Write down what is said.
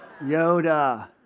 Yoda